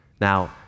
Now